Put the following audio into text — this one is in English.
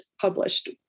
published